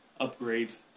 upgrades